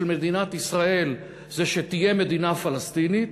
מדינת ישראל זה שתהיה מדינה פלסטינית,